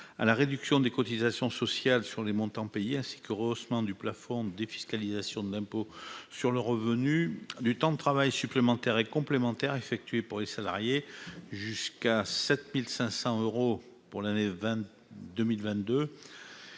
à la réduction de cotisations sociales sur les montants payés, ainsi qu'au rehaussement du plafond de défiscalisation de l'impôt sur le revenu du temps de travail supplémentaire et complémentaire effectué par les salariés, jusqu'à 7 500 euros au titre de l'année 2022,